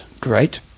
Great